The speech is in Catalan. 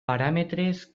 paràmetres